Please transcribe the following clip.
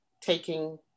taking